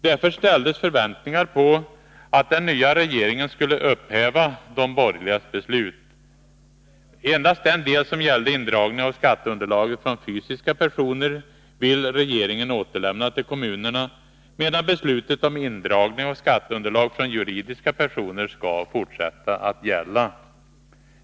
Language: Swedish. Därför ställdes förväntningar på att den nya regeringen skulle upphäva de borgerligas beslut. Endast den del som gällde indragning av skatteunderlag från fysiska personer vill regeringen återlämna till kommunerna, medan beslutet om indragning av skatteunderlag från juridiska personer skall fortsätta att gälla.